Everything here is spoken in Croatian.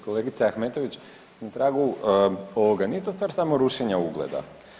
Kolegice Ahmetović, na tragu ovoga nije to stvar samo rušenja ugleda.